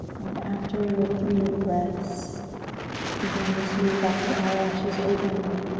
and after your three breaths begin to bat the eyelashes open.